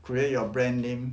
create your brand name